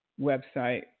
website